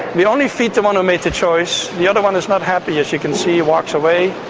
we only feed the one who made the choice. the other one is not happy, as you can see, he walks away.